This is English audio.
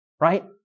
Right